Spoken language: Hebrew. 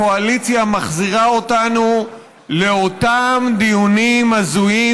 הקואליציה מחזירה אותנו לאותם דיונים הזויים